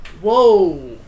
Whoa